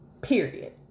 Period